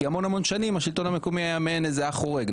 כי המון המון שנים השלטון המקומי היה מעין איזה אח חורג.